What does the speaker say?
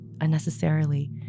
unnecessarily